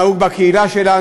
זה לא נהוג בקהילה שלנו,